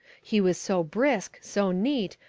he was so brisk, so neat,